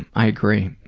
i agree.